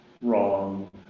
Wrong